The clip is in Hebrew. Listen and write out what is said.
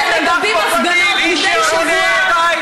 אתם מגבים הפגנות מדי שבוע,